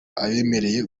abemerewe